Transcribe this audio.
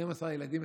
12 ילדים,